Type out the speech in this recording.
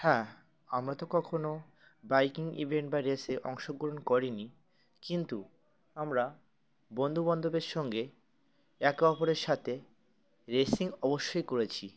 হ্যাঁ আমরা তো কখনও বাইকিং ইভেন্ট বা রেসে অংশগ্রহণ করিনি কিন্তু আমরা বন্ধুবান্ধবের সঙ্গে একে অপরের সাথে রেসিং অবশ্যই করেছি